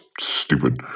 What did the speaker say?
stupid